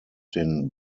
den